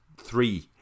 three